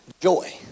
joy